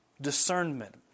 Discernment